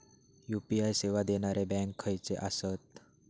UPI सेवा देणारे bank खयचे आसत?